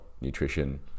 nutrition